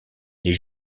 les